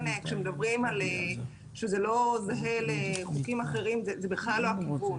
כשמדברים שזה לא זהה לחוקים אחרים זה בכלל לא הכיוון.